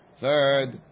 Third